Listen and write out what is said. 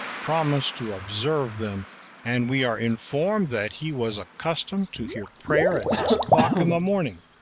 promised to observe them and we are informed that he was accustomed to hear prayers at six o'clock in the morning!